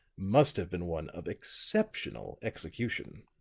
must have been one of exceptional execution.